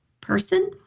person